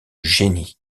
génie